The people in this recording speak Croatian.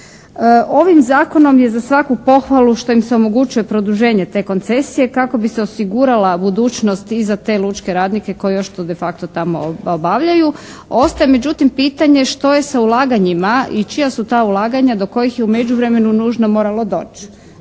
Ovim zakonom je za svaku pohvalu što im se omogućuje produženje te koncesije kako bi se osigurala budućnost i za te lučke radnike koji još to de facto tamo obavljaju, ostaje međutim pitanje što je sa ulaganjima i čija su ta ulaganja do kojih je u međuvremenu nužno moralo doći.